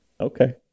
Okay